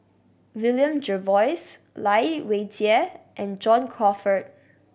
William Jervois Lai Weijie and John Crawfurd